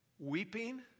Weeping